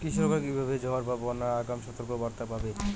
কৃষকেরা কীভাবে ঝড় বা বন্যার আগাম সতর্ক বার্তা পাবে?